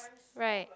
right